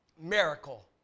Miracle